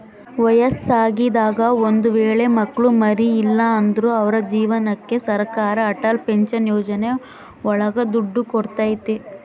ವಯಸ್ಸಾಗಿದಾಗ ಒಂದ್ ವೇಳೆ ಮಕ್ಳು ಮರಿ ಇಲ್ಲ ಅಂದ್ರು ಅವ್ರ ಜೀವನಕ್ಕೆ ಸರಕಾರ ಅಟಲ್ ಪೆನ್ಶನ್ ಯೋಜನೆ ಒಳಗ ದುಡ್ಡು ಕೊಡ್ತೈತಿ